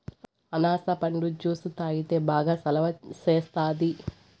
అనాస పండు జ్యుసు తాగితే బాగా సలవ సేస్తాది